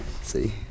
see